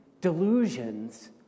delusions